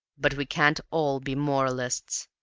but we can't all be moralists,